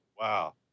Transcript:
wow